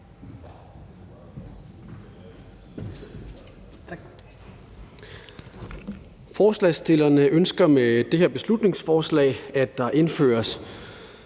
Forslagsstillerne ønsker med det her beslutningsforslag, at der indføres